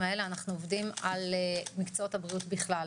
האלה אנחנו עובדים על מקצועות הבריאות בכלל,